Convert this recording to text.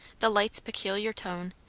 the light's peculiar tone,